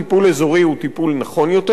טיפול אזורי הוא טיפול נכון יותר,